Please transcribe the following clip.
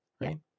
Right